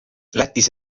lätis